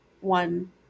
one